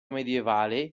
medievale